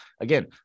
again